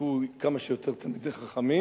ויצמחו כמה שיותר תלמידי חכמים,